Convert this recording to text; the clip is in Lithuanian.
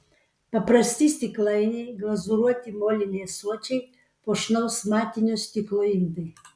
paprasti stiklainiai glazūruoti moliniai ąsočiai puošnaus matinio stiklo indai